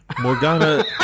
Morgana